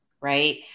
right